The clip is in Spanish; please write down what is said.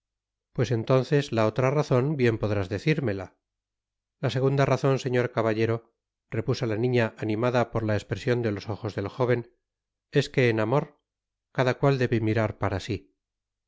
pues entonces laotra razon bien podrás decirmela la segunda razon señor caballero repuso la niña animada por la impresion de los ojos del jóven es que en amor cada cual debe mirar para si